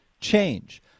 change